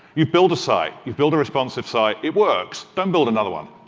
you build a site, you build a responsive site, it works, don't build another one.